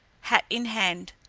hat in hand,